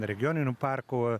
regioninių parkų